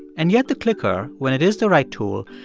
and yet the clicker, when it is the right tool,